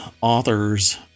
authors